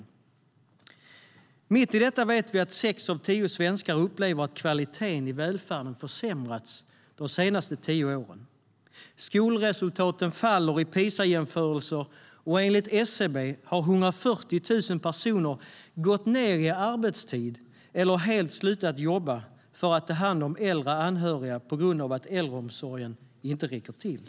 Mitt i detta vet vi att sex av tio svenskar upplever att kvaliteten i välfärden har försämrats de senaste tio åren. PISA-jämförelser visar att skolresultaten faller, och enligt SCB har 140 000 personer gått ned i arbetstid eller helt slutat jobba för att ta hand om äldre anhöriga på grund av att äldreomsorgen inte räcker till.